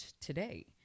today